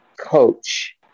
Coach